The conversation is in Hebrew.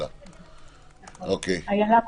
איילה.